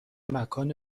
مکان